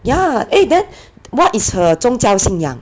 ya eh then what is her 宗教信仰